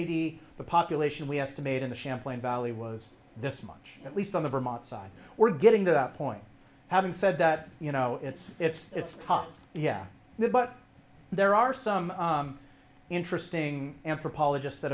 eighty the population we estimate in the champlain valley was this much at least on the vermont side we're getting to that point having said that you know it's it's caused yeah there but there are some interesting anthropologists that